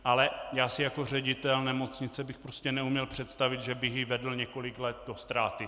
Ale já jako ředitel nemocnice bych si neuměl představit, že bych ji vedl několik let do ztráty.